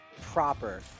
proper